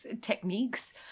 techniques